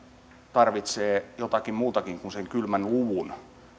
tarvitsevat jotakin muutakin kuin sen kylmän luvun